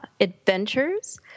adventures